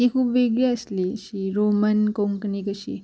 ती खूब वेगळी आसली अशी रोमन कोंकणी कशी